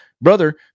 brother